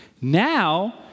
Now